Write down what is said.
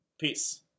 Peace